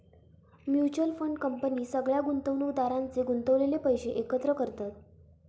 mutual fund company सगळ्या गुंतवणुकदारांचे गुंतवलेले पैशे एकत्र करतत